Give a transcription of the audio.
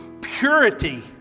purity